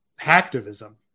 hacktivism